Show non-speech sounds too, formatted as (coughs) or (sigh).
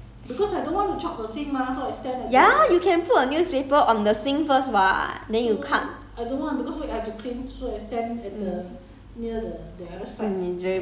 (coughs) how can you do there ya you can put a newspaper on the sink first [what] then you cut mm mm it's very